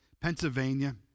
Pennsylvania